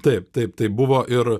taip taip taip buvo ir